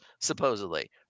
supposedly